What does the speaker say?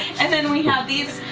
and then we have these.